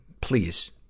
please